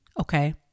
okay